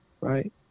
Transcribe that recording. right